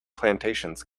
plantations